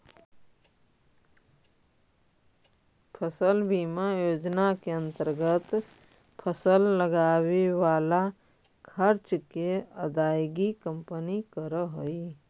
फसल बीमा योजना के अंतर्गत फसल लगावे वाला खर्च के अदायगी कंपनी करऽ हई